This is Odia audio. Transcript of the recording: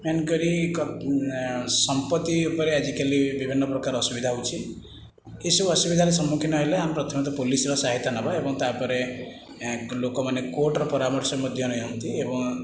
ଏଣୁକରି ସମ୍ପତ୍ତି ଉପରେ ଆଜିକାଲି ବିଭିନ୍ନ ପ୍ରକାର ଅସୁବିଧା ହେଉଛି ଏସବୁ ଅସୁବିଧାର ସମ୍ମୁଖୀନ ହେଲେ ଆମେ ପ୍ରଥମତଃ ପୋଲିସର ସାହାୟତା ନେବା ଏବଂ ତା'ପରେ ଲୋକମାନେ କୋର୍ଟର ପରାମର୍ଶ ମଧ୍ୟ ନିଅନ୍ତି ଏବଂ